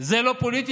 זה לא פוליטיקה.